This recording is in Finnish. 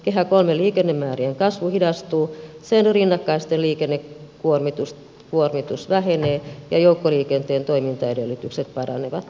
kehä iiin liikennemäärien kasvu hidastuu sen rinnakkainen liikennekuormitus vähenee ja joukkoliikenteen toimintaedellytykset paranevat